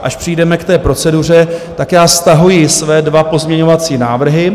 Až přijdeme k té proceduře, tak já stahuji své dva pozměňovací návrhy.